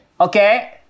Okay